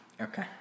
Okay